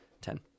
ten